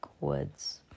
woods